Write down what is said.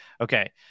Okay